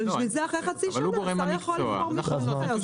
אבל בשביל זה אחרי חצי שנה השר יכול לבחור מישהו אחר.